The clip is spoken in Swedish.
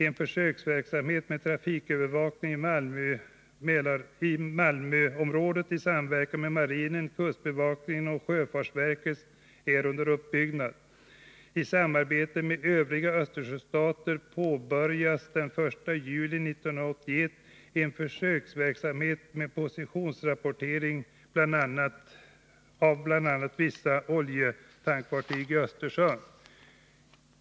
En försöksverksamhet med trafikövervakning i Malmöområdet i samverkan mellan marinen, kustbevakningen och sjöfartsverket är under uppbyggnad. I samarbete med övriga Östersjöstater påbörjas den 1 juli 1981 en försöksverksamhet med positionsrapportering av bl.a. vissa oljetankfartyg i Östersjön.